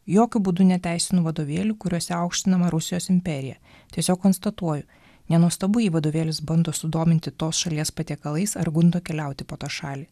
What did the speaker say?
jokiu būdu neteisinu vadovėlių kuriuose aukštinama rusijos imperija tiesiog konstatuoju nenuostabu jei vadovėlis bando sudominti tos šalies patiekalais ar gundo keliauti po tą šalį